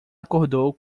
acordou